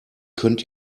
könnt